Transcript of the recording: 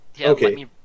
Okay